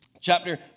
chapter